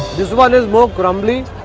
this one is more crumbly.